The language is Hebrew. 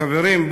חברים,